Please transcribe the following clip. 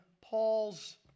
Paul's